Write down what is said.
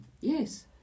Yes